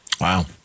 Wow